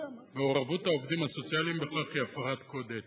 מעורבות עובדים סוציאליים בכך היא הפרת קוד אתי.